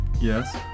Yes